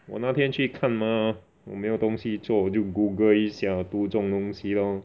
我那天去看 mah 我没有东西做就 Google 一下读这种东西 lor